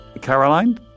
Caroline